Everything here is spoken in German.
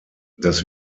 das